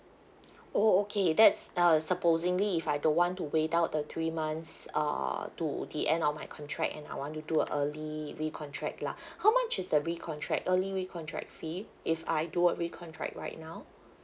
oh okay that's uh supposingly if I don't want to wait down the three months uh to the end of my contract and I want to do a early re-contract lah how much is a re-contract early re-contract fee if I do a re-contract right now